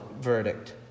verdict